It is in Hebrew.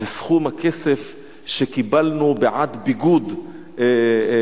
זה סכום הכסף שקיבלנו בעד ביגוד בכנסת,